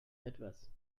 etwas